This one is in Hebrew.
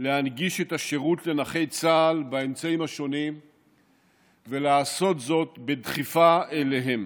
להנגיש את השירות לנכי צה"ל באמצעים שונים ולעשות זאת בדחיפה אליהם.